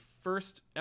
first